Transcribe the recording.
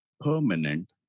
permanent